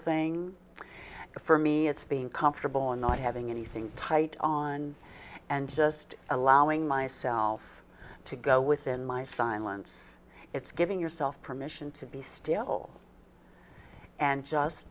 thing for me it's being comfortable and not having anything tight on and just allowing myself to go within my silence it's giving yourself permission to be still and just